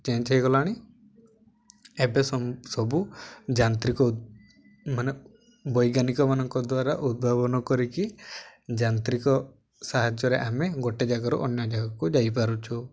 change ହେଇଗଲାଣି ଏବେ ସବୁ ଯାନ୍ତ୍ରିକ ମାନେ ବୈଜ୍ଞାନିକ ମାନଙ୍କ ଦ୍ୱାରା ଉଦ୍ଭାବନ କରିକି ଯାନ୍ତ୍ରିକ ସାହାଯ୍ୟରେ ଆମେ ଗୋଟେ ଜାଗାରୁ ଅନ୍ୟ ଜାଗାକୁ ଯାଇପାରୁଛୁ